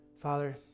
Father